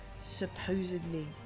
supposedly